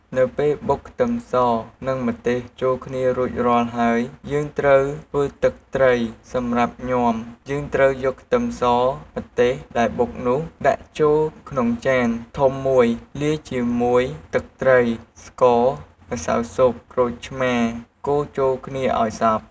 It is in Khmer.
នៅពេលបុកខ្ទឹមស និង ម្ទេសចូលគ្នារួចរាល់ហើយយើងត្រូវធ្វើទឹកត្រីសម្រាប់ញាំយើងត្រូវយកខ្ទឹមស ម្ទេសដែរបុកនោះដាក់ចូលក្នុងចានធំមួយលាយជាមួយទឺកត្រី ស្ករ ម្សៅស៊ុប ក្រូចឆ្មាកូរចូលគ្នាឱ្យសព្វ។